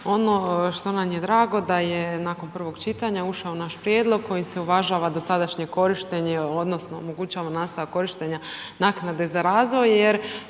Ono što nam je drago da je nakon prvog čitanja ušao naš prijedlog kojim se uvažava da sadašnje korištenje odnosno omogućava nastavak korištenja naknade na razvoj